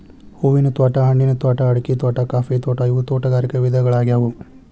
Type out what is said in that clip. ಹೂವಿನ ತ್ವಾಟಾ, ಹಣ್ಣಿನ ತ್ವಾಟಾ, ಅಡಿಕಿ ತ್ವಾಟಾ, ಕಾಫಿ ತ್ವಾಟಾ ಇವು ತೋಟಗಾರಿಕ ವಿಧಗಳ್ಯಾಗ್ಯವು